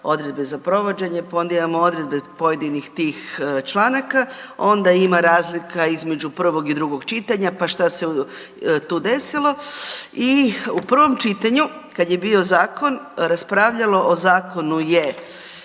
odredbe za provođenje, pa onda imamo odredbe pojedinih tih članaka, onda ima razlika između prvog i drugog čitanja, pa šta se tu desilo i u prvom čitanju, kad je bio zakon, raspravljalo o zakonu je,